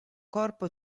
corpo